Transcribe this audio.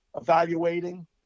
evaluating